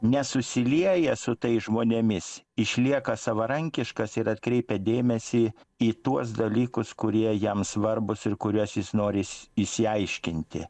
nesusilieja su tais žmonėmis išlieka savarankiškas ir atkreipia dėmesį į tuos dalykus kurie jam svarbūs ir kuriuos jis noris išsiaiškinti